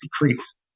decrease